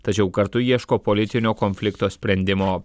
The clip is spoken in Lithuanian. tačiau kartu ieško politinio konflikto sprendimo